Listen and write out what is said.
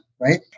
right